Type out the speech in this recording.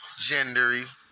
Gendery